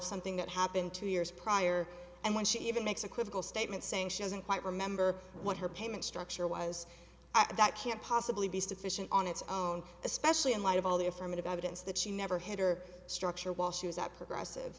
something that happened two years prior and when she even makes a critical statement saying she doesn't quite remember what her payment structure was at that can't possibly be sufficient on its own especially in light of all the affirmative evidence that she never had or structure while she was at progressive